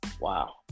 wow